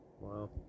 wow